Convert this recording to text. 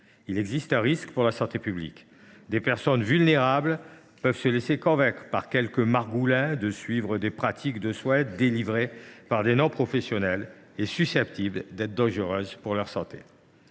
Il existe un risque pour la santé publique. Des personnes vulnérables peuvent se laisser convaincre par quelque margoulin de se soumettre à des soins délivrés par des non professionnels et susceptibles d’être dangereux pour leur santé.